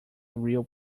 real